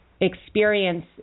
experience